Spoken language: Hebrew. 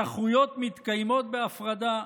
התחרויות מתקיימות בהפרדה.